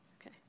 Okay